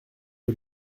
aux